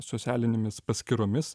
socialinėmis paskyromis